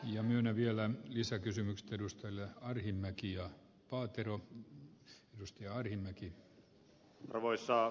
ja minä vielä lisäkysymykset edustoille arhinmäki on paatero arvoisa puhemies